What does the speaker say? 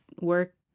work